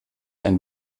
ein